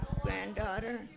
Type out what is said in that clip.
granddaughter